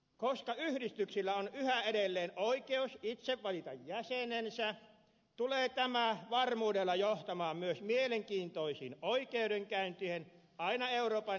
koska yhdistyksillä on yhä edelleen oikeus itse valita jäsenensä tulee tämä varmuudella johtamaan myös mielenkiintoisiin oikeudenkäynteihin aina euroopan ihmisoikeustuomioistuinta myöten